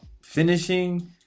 finishing